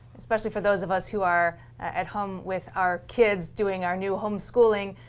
especially for those of us who are at home with our kids doing our new home schooling,